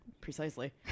precisely